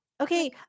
Okay